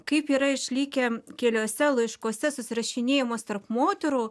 kaip yra išlikę keliuose laiškuose susirašinėjimas tarp moterų